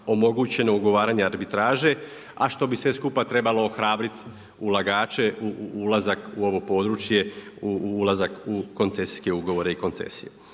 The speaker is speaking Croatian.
omogućeno ugovaranje arbitraže, a što bi sve skupa trebalo ohrabrit ulagače u ulazak u ovo područje u ulazak u koncesijske ugovore i koncesije.